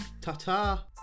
Ta-ta